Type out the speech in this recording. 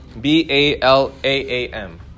B-A-L-A-A-M